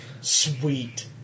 Sweet